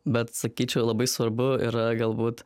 bet sakyčiau labai svarbu yra galbūt